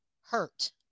hurt